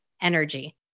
energy